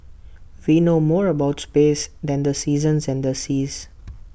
we know more about space than the seasons and the seas